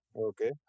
Okay